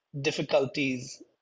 difficulties